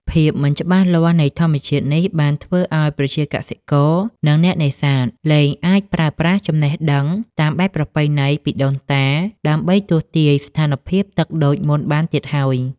ភាពមិនច្បាស់លាស់នៃធម្មជាតិនេះ បានធ្វើឱ្យប្រជាកសិករ និងអ្នកនេសាទ លែងអាចប្រើប្រាស់ចំណេះដឹងតាមបែបប្រពៃណីពីដូនតា ដើម្បីទស្សន៍ទាយស្ថានភាពទឹកដូចមុនបានទៀតហើយ។